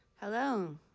Hello